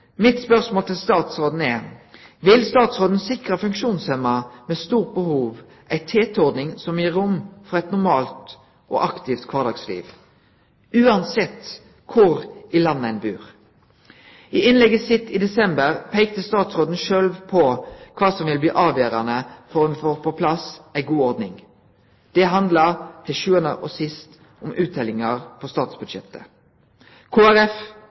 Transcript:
Mitt spørsmål til statsråden er: Vil statsråden sikre funksjonshemma med stort behov ei TT-ordning som gir rom for eit normalt og aktivt kvardagsliv – uansett kor i landet ein bur? I innlegget sitt i desember peikte statsråden sjølv på kva som vil bli avgjerande for om vi får på plass ei god ordning. Det handlar til sjuande og sist om utteljingar på statsbudsjettet.